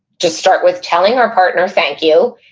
to start with, telling our partner thank you,